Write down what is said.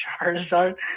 Charizard